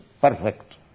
perfect